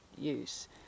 use